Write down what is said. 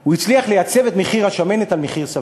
הוא הצליח לייצב את השמנת על מחיר סביר.